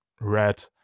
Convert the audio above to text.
red